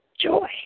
joy